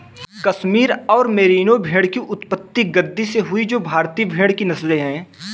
कश्मीर और मेरिनो भेड़ की उत्पत्ति गद्दी से हुई जो भारतीय भेड़ की नस्लें है